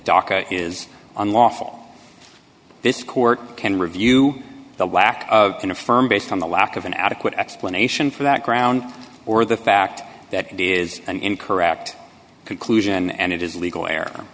dhaka is unlawful this court can review the lack of in a firm based on the lack of an adequate explanation for that ground or the fact that it is an incorrect conclusion and it is legal air